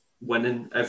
winning